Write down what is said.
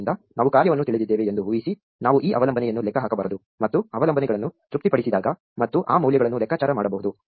ಆದ್ದರಿಂದ ನಾವು ಕಾರ್ಯವನ್ನು ತಿಳಿದಿದ್ದೇವೆ ಎಂದು ಊಹಿಸಿ ನಾವು ಈ ಅವಲಂಬನೆಯನ್ನು ಲೆಕ್ಕ ಹಾಕಬಹುದು ಮತ್ತು ಅವಲಂಬನೆಗಳನ್ನು ತೃಪ್ತಿಪಡಿಸಿದಾಗ ಮತ್ತು ಆ ಮೌಲ್ಯಗಳನ್ನು ಲೆಕ್ಕಾಚಾರ ಮಾಡಬಹುದು